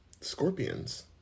scorpions